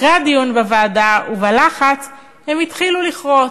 אחרי הדיון בוועדה והלחץ הם התחילו לכרות,